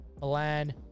Milan